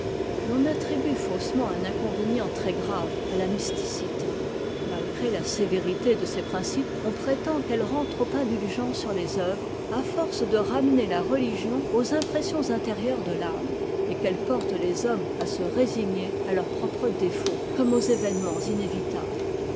l'on attribue faussement un inconvénient trèsgrave à la mysticité ma gr la sévérité de ses principes on prétend qu'elle rend trop indu gent sur les œuvres à force de ramener la religion aux impressions intérieures de l'âme et qu'elle porte les hommes à se résigner à leurs propres défauts comme aux événements inévitables